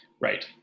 Right